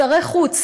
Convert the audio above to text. שרי חוץ,